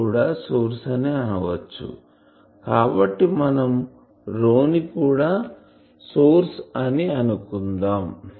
ని కూడా సోర్స్ అనిఅనవచ్చు కాబట్టి మనం ని కూడా సోర్స్ అని అనుకుందాం